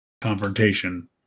confrontation